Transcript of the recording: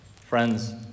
Friends